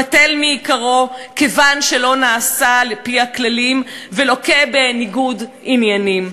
בטל מעיקרו כיוון שלא נעשה על-פי הכללים ולוקה בניגוד עניינים.